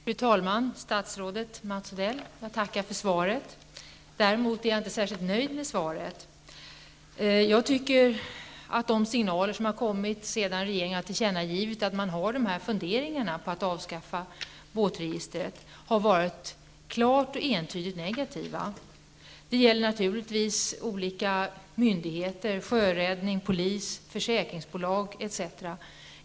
Fru talman! Statsrådet Mats Odell! Jag tackar för svaret. Däremot är jag inte särskilt nöjd med svaret. Jag tycker att de signaler som har kommit sedan regeringen tillkännagivit sina funderingar på att avskaffa båtregistret har varit klart och entydigt negativa. Det gäller naturligtvis olika myndigheter, sjöräddning, polis, försäkringsbolag etc.